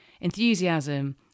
enthusiasm